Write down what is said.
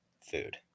food